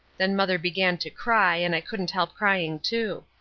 then mother began to cry and i couldn't help crying too.